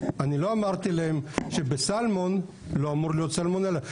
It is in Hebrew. אני לא אמרתי להם שבסלמון לא אמור להיות סלמונלה.